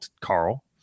Carl